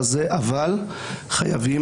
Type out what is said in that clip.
אבל אני אמורה לקבל את זה,